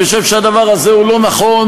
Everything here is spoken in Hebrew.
אני חושב שהדבר הזה הוא לא נכון,